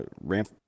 ramp